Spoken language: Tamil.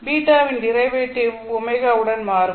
β வின் டிரைவேட்டிவ் ω உடன் மாறும்